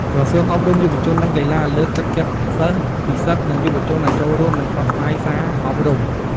ក្រសួងអប់រំ យុវជន និងកីឡា លើកទឹកចិត្តសិស្ស និស្សិត និងយុវជនឱ្យចូលរួម និងផ្សព្វផ្សាយសារអប់រំ។